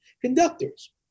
Conductors